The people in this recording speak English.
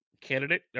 Candidate